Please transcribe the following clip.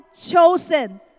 chosen